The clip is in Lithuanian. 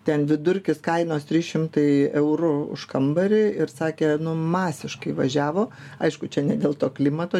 ten vidurkis kainos trys šimtai eurų už kambarį ir sakė masiškai važiavo aišku čia ne dėl to klimato